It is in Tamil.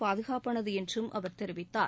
பாதுகாப்பானது என்றும் அவர் தெரிவித்தார்